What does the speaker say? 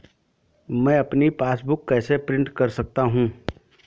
मैं अपनी पासबुक कैसे प्रिंट कर सकता हूँ?